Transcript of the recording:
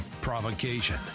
provocation